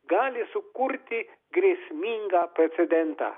gali sukurti grėsmingą precedentą